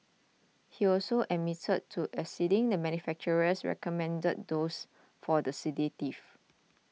he also admitted to exceeding the manufacturer's recommended dosage for the sedative